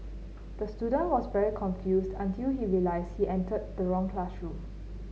the student was very confused until he realised he entered the wrong classroom